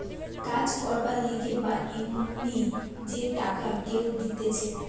কাজ করবার লিগে বা এমনি যে টাকা কেউ দিতেছে